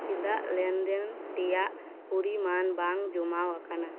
ᱪᱮᱫᱟᱜ ᱞᱮᱱᱫᱮᱱ ᱨᱮᱭᱟᱜ ᱯᱚᱨᱤᱢᱟᱱ ᱵᱟᱝ ᱡᱚᱢᱟ ᱟᱠᱟᱱᱟ